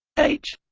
h